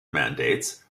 mandates